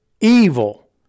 evil